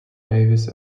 davis